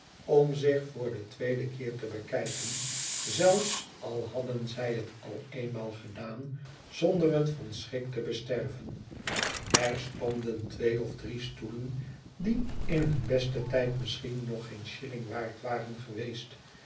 om zich voor den tweeden keer te bekijken zelfs al had den zij het al eenmaal gedaan zonder het van schrik te besterven er stonden twee of driestoelen die in hun besten tijd misschien nog geen shilling waard waren geweest